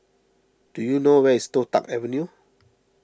do you know where is Toh Tuck Avenue